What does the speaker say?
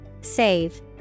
Save